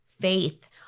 faith